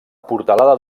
portalada